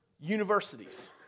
universities